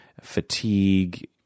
fatigue